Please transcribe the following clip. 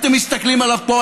אתם מסתכלים עליו פה,